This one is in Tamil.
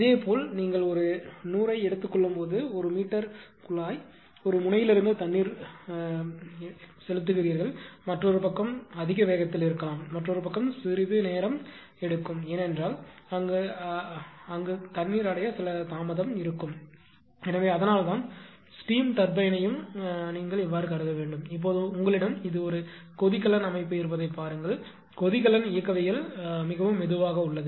அதேபோல் நீங்கள் ஒரு 100 ஐ எடுத்துக்கொள்ளும்போது ஒரு மீட்டர் குழாய் ஒரு முனையிலிருந்து தண்ணீர் போடுகிறீர்கள் மற்றொரு பக்கம் அதிக வேகத்தில் இருக்கலாம் மற்றொரு பக்கம் சிறிது நேரம் எடுக்கும் ஏனென்றால் அங்கு அடைய சில தாமதம் இருக்கும் எனவே அதனால்தான் ஸ்டீம் டர்பைன்யையும் கருதுங்கள் இப்போது உங்களிடம் இது ஒரு கொதிகலன் அமைப்பு இருப்பதைப் பாருங்கள் கொதிகலன் இயக்கவியல் மிகவும் மெதுவாக உள்ளது